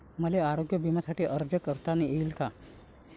मले आरोग्य बिम्यासाठी अर्ज करता येईन का?